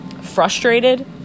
frustrated